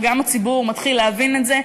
וגם הציבור מתחיל להבין את זה,